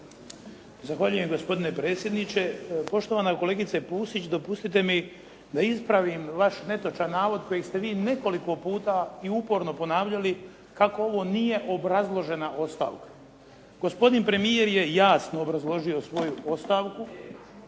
Zahvaljujem gospodine predsjedniče. Poštovana kolegice Pusić, dopustite mi da ispravim vaš netočan navod koji ste vi nekoliko puta i uporno ponavljali kako ovo nije obrazložena ostavka. Gospodin premijer je jasno obrazložio svoju ostavku.